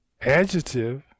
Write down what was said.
adjective